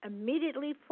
immediately